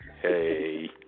Hey